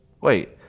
wait